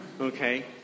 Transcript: Okay